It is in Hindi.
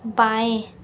बाएँ